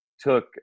took